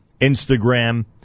Instagram